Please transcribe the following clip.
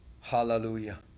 Hallelujah